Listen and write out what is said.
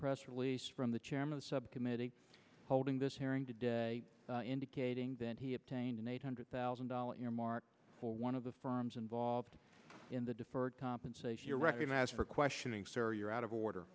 press release from the chairman of the subcommittee holding this hearing today indicating that he obtained an eight hundred thousand dollar mark for one of the firms involved in the deferred compensation you're recognized for questioning sir you're out of order